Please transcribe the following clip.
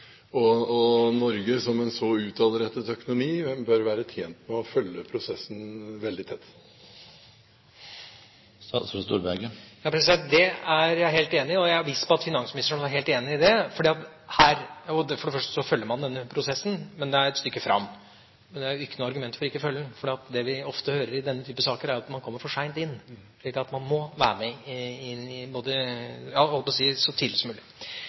Norge, med en så utadrettet økonomi, bør være tjent med å følge prosessen veldig tett. Det er jeg helt enig i, og jeg er viss på at finansministeren er helt enig i det. For det første følger man prosessen, men det er et stykke fram. Det er jo ikke noe argument for ikke å følge den, for det vi ofte hører i denne type saker, er at man kommer for seint inn. Man må være med så tidlig som mulig. Sjøl om man ikke er rettslig forpliktet til å implementere dette, slik man er med andre EØS-akter, så